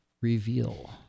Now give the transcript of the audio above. reveal